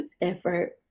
effort